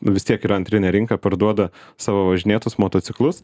vis tiek ir antrinė rinka parduoda savo važinėtus motociklus